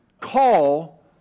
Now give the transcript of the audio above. call